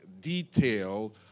detail